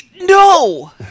no